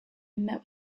met